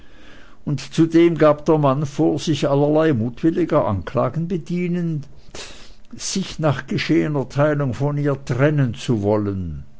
und zudem gab der mann vor sich allerlei mutwilliger anklagen bedienend sich nach geschehener teilung von ihr trennen zu wollen